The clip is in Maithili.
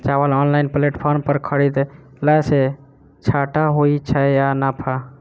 चावल ऑनलाइन प्लेटफार्म पर खरीदलासे घाटा होइ छै या नफा?